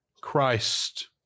Christ